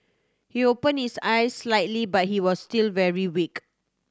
he opened his eyes slightly but he was still very weak